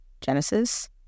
Genesis